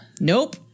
Nope